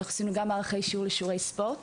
עשינו גם מערכי שיעור לשיעורי ספורט.